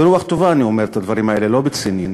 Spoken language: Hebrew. ברוח טובה אני אומר את הדברים האלה, לא בציניות.